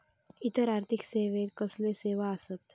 इतर आर्थिक सेवेत कसले सेवा आसत?